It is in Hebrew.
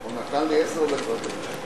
בבקשה, חברי חבר הכנסת ישראל